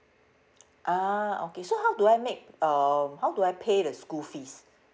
ah okay so how do I make uh how do I pay the school fees